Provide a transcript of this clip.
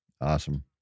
Awesome